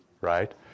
right